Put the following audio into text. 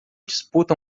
disputa